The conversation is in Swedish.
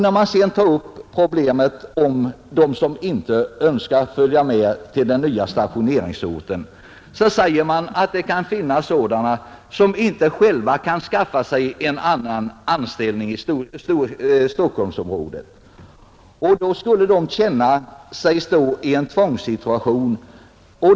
När man sedan tar upp problemet om dem som inte önskar följa med till den nya stationeringsorten säger man att det kan finnas sådana som inte själva kan skaffa sig en annan anställning i Stockholmsområdet och alltså skulle känna sig stå i en tvångssituation.